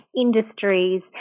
industries